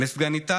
לסגניתה,